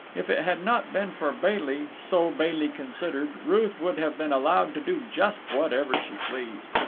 if it had not been for bailey, so bailey considered, ruth would have been allowed to do just whatever she pleased.